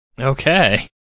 Okay